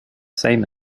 same